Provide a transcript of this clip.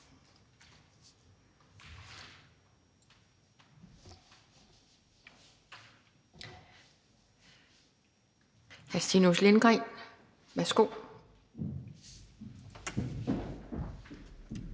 Stinus Lindgreen, værsgo.